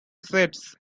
sets